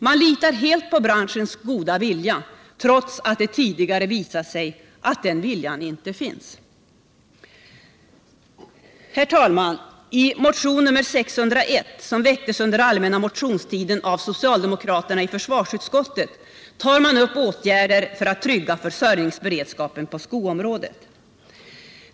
Man litar helt på branschens goda vilja, trots att det tidigare visat sig att den viljan inte finns. I motion nr 601, som väcktes under allmänna motionstiden av socialdemokraterna i försvarsutskottet, tar man upp åtgärder för att trygga försörjningsberedskapen på skoområdet.